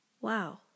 Wow